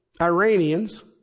Iranians